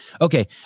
Okay